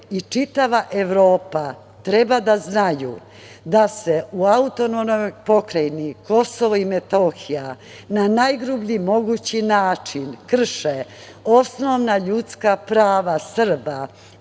i čitava Evropa treba da znaju da se na AP Kosovo i Metohija na najgrublji mogući način krše osnovna ljudska prava Srba,